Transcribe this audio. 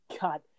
God